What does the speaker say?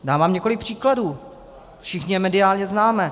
Dám vám několik příkladů, všichni je mediálně známe.